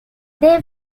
they